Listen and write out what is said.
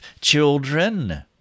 children